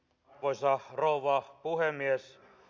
arvoisa rouva puhemies